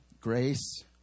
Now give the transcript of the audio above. grace